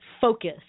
focus